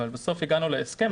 אבל בסוף הגענו להסכם.